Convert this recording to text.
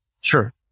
Sure